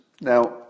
Now